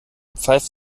pfeift